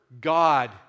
God